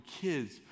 kids